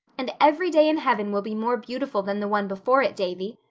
and every day in heaven will be more beautiful than the one before it, davy,